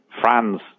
France